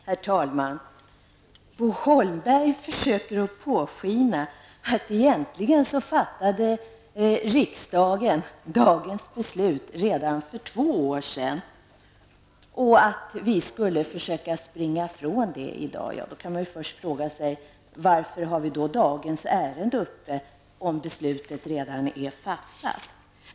Herr talman! Bo Holmberg försöker låta påskina att dagens beslut egentligen fattades av riksdagen redan för två år sedan och att vi i dag skulle försöka springa ifrån det. Man kan då fråga sig: Varför har vi dagens ärende till debatt, om beslutet redan är fattat?